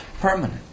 permanent